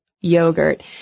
yogurt